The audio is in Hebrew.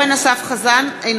אינו